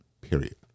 Period